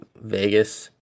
Vegas